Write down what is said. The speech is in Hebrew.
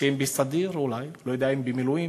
שהם בסדיר, אולי, לא יודע, הם במילואים.